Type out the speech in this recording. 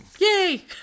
Yay